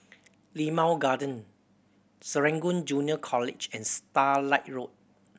Limau Garden Serangoon Junior College and Starlight Road